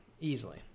easily